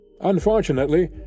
Unfortunately